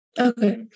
Okay